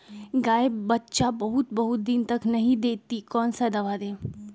गाय बच्चा बहुत बहुत दिन तक नहीं देती कौन सा दवा दे?